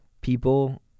people